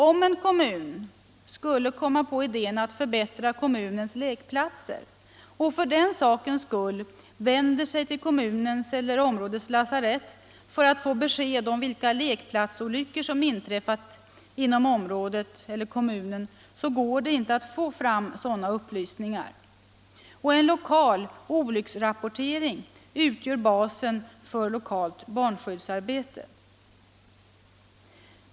Om en kommun skulle komma på idén att förbättra kommunens lekplatser och för den skull vänder sig till kommunens eller områdets lasarett för att få besked om vilka lekplatsolyckor som inträffat inom kommunen eller området, så går det inte att få fram sådana upplysningar. En lokal olycksrapportering utgör basen för allt barnskyddsarbete.